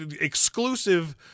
exclusive